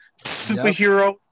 superhero